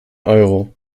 euro